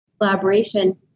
collaboration